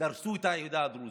דרסו את העדה הדרוזית.